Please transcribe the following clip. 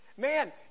man